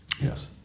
Yes